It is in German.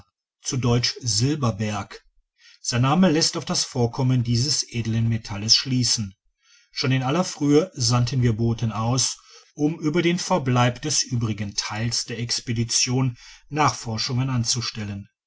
zu deutsch silberberg sein name lässt auf das vorkommen dieses edlen metalles schliessen schon in aller frühe sandten wir boten aus um über den verbleib des übrigen teils der expedition primitive brücke über den horsiafluss nachforschungen anzustellen